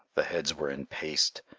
the heads were in paste,